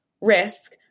risk